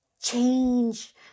change